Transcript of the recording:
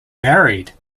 married